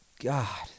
God